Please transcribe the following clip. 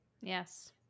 Yes